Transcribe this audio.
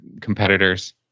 competitors